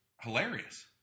hilarious